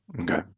Okay